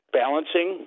balancing